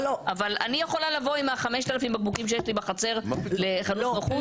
אבל אני יכולה לבוא עם ה-5,000 בקבוקים שיש לי בחצר לחנות נוחות?